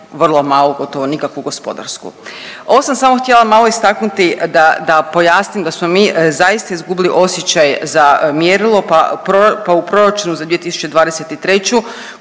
vrlo malu, gotovo nikakvu gospodarsku. Ovo sam samo htjela malo istaknuti da, da pojasnim da smo mi zaista izgubili osjećaje za mjerilo, pa u proračunu za 2023.